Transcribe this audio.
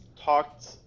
talked